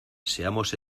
seamos